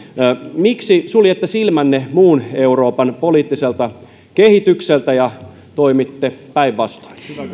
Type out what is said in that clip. miksi suljette silmänne muun euroopan poliittiselta kehitykseltä ja toimitte päinvastoin